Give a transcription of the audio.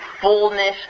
fullness